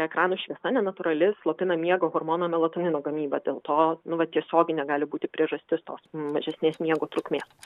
ekrano šviesa nenatūrali slopina miego hormono melatonino gamybą dėl to nu va tiesioginė gali būti priežastis tos mažesnės miego trukmės